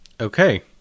Okay